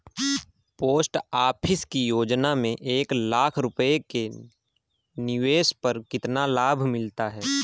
Post office की योजना में एक लाख रूपए के निवेश पर कितना लाभ मिलता है?